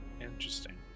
Interesting